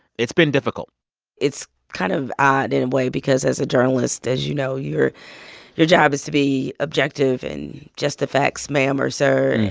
it's been difficult it's kind of odd in a way because as a journalist, as you know, your your job is to be objective and just the facts, ma'am or sir.